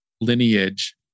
lineage